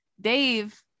Dave